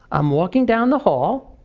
i'm walking down the hall,